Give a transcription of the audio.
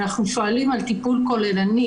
אנחנו שואלים על טיפול כוללני,